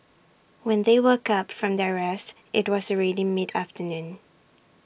when they woke up from their rest IT was already mid afternoon